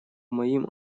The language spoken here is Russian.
моим